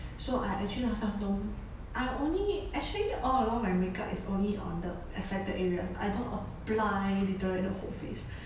so I actually last time don't I only actually all along my makeup is only on the affected areas I don't apply literally the whole face